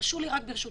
תרשו לי ברשותכם,